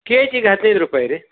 K ಜಿಗೆ ಹದಿನೈದು ರೂಪಾಯಿ ರೀ